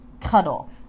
cuddle